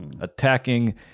attacking